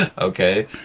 Okay